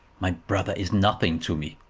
my brother is nothing to me.